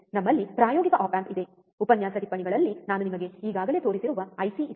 ನಮ್ಮಲ್ಲಿ ಪ್ರಾಯೋಗಿಕ op amp ಇದೆ ಉಪನ್ಯಾಸ ಟಿಪ್ಪಣಿಗಳಲ್ಲಿ ನಾನು ನಿಮಗೆ ಈಗಾಗಲೇ ತೋರಿಸಿರುವ ಐಸಿ ಇದೆ